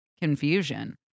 confusion